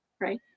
right